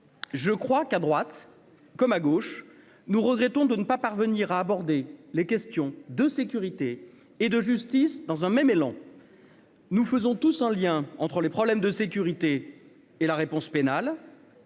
je crois qu'à droite comme à gauche, nous regrettons de ne pas parvenir à aborder les questions de sécurité et de justice dans un même élan. Nous faisons tous en lien entre les problèmes de sécurité et la réponse pénale.